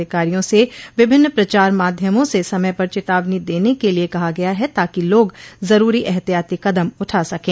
अधिकारियों से विभिन्न प्रचार माध्यमों से समय पर चेतावनी देने के लिए कहा गया है ताकि लोग जरूरी ऐहतियाती कदम उठा सकें